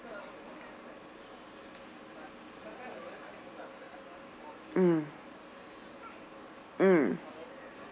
mm mm